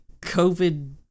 COVID